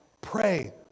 pray